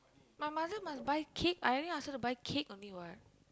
my mother must buy cake I already ask her to buy cake only what